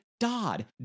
Dodd